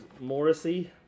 Morrissey